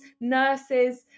nurses